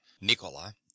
Nicola